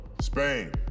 Spain